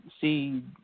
see